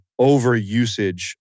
overusage